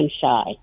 shy